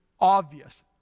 obvious